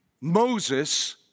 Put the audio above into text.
Moses